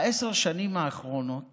בעשר השנים האחרונות